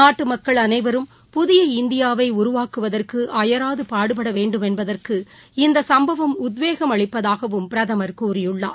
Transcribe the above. நாட்டுமக்கள் அனைவரும் புதிய இந்தியாவைஉருவாக்குவதற்குஅயராதுபாடுபடவேண்டும் என்பதற்கு இந்தசம்பவம் உத்வேகமஅளிப்பதாகவும் பிரதமர் கூறியுள்ளார்